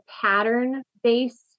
pattern-based